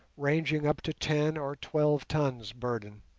ranging up to ten or twelve tons burden.